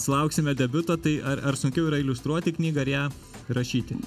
sulauksime debiuto tai ar ar sunkiau yra iliustruoti knygą ar ją rašyti